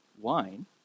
wine